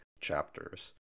chapters